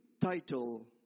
title